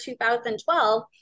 2012